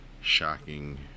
shocking